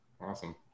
Awesome